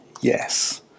yes